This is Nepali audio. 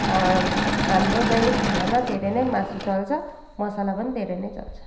हाम्रो दैनिक खानामा धेरै नै मासु चल्छ मसाला पनि धेरै नै चल्छ